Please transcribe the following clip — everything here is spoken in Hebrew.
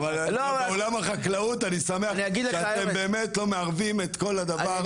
בעולם החקלאות באמת אני שמח שאתם באמת לא מערבים את כל הדברים.